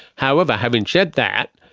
however, having said that,